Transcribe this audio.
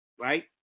right